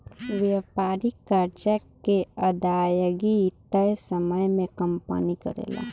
व्यापारिक कर्जा के अदायगी तय समय में कंपनी करेले